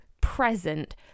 present